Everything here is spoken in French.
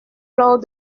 lors